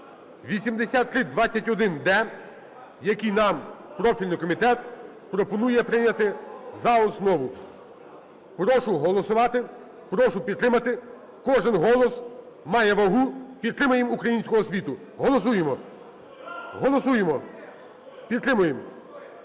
8321-д, який нам профільний комітет пропонує прийняти за основу. Прошу голосувати, прошу підтримати, кожен голос має вагу, підтримаємо українську освіту. Голосуємо. Голосуємо, підтримаємо!